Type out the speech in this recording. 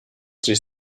sich